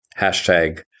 hashtag